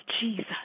Jesus